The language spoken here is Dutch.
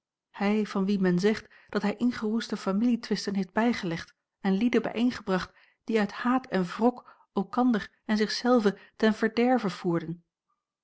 hij van wien men zegt dat hij ingeroeste familietwisten heeft bijgelegd en lieden bijeengebracht die uit haat en wrok elkander en zich zelven ten verderve voerden